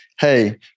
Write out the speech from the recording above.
hey